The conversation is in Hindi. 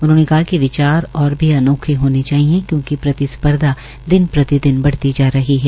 उन्होंने कहा कि विचार और भी अनौखे होने चाहिए क्योंकि प्रतिस्पर्धा दिन प्रतिदिन बढ़ती जा रही है